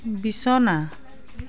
বিছনা